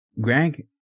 Greg